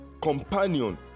companion